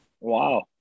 Wow